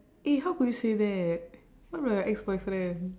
eh how could you say that what about your ex boyfriend